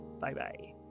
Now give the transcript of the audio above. Bye-bye